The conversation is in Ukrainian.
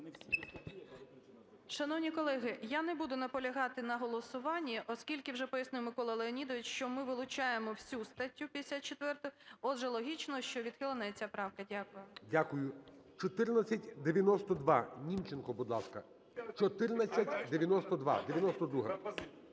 Шановні колеги, я не буду наполягати на голосуванні, оскільки вже пояснив Микола Леонідович, що ми вилучаємо всю статтю 54, отже логічно, що відхилена і ця правка. Дякую. ГОЛОВУЮЧИЙ. Дякую. 1492, Німченко, будь ласка. 1492, 92-а.